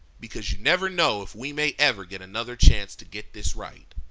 because you never know if we may ever get another chance to get this right.